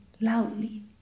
loudly